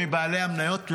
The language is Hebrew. או מבעלי המניות,